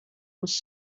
was